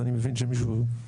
אז אני מבין שמישהו לא מזרים.